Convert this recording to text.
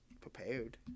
prepared